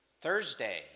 Thursday